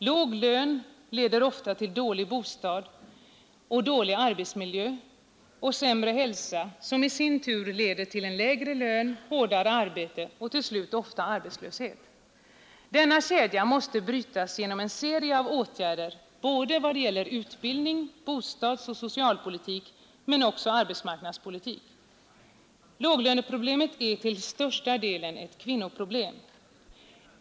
Låg lön leder ofta till dålig bostad, dålig arbetsmiljö och sämre hälsa som i sin tur leder till lägre lön, hårdare arbete och till slut ofta arbetslöshet. Denna kedja måste brytas genom en serie av åtgärder inte bara i vad det gäller utbildning, bostadsoch socialpolitik utan också arbetsmarknadspolitik. Låglöneproblemet är till största delen ett kvinnoproblem.